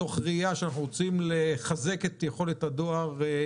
מתוך ראייה שאנחנו רוצים לחזק את יכולת הדואר,